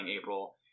april